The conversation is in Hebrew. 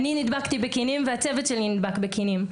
אני נדבקתי בכינים, והצוות שלי נדבק בכינים.